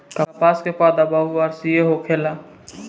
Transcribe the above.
कपास के पौधा बहुवर्षीय होखेला